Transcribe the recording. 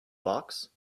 box